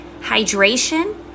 hydration